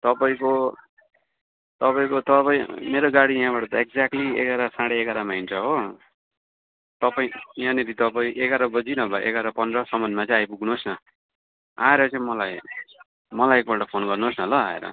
तपाईँको तपाईँको तपाईँ मेरो गाडी यहाँबाट एक्जेक्टली एघार साढे एघारमा हिँड्छ हो तपाईँ यहाँनिर तपाईँ एघार बजी नभए एघार पन्ध्रसम्ममा चाहिँ आइपुग्नु होस् न आएर चाहिँ मलाई मलाई एकपल्ट फोन गर्नुहोस् न ल आएऱ